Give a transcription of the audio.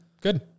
good